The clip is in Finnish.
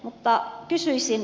mutta kysyisin